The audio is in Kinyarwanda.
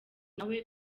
nawe